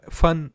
fun